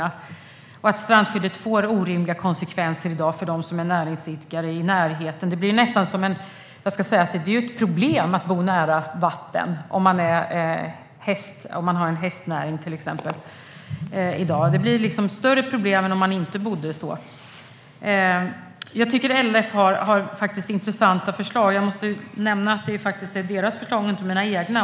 De hävdar att strandskyddet i dag får orimliga konsekvenser för dem som är näringsidkare i närheten. Det blir ett problem att bo nära vatten om man exempelvis har en hästnäring. Det blir ett större problem än om man inte bodde så. Jag tycker att LRF har intressanta förslag. För övrigt måste jag nämna att det är deras förslag och inte mina egna.